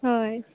हय